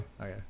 Okay